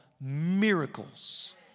miracles